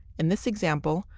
in this example,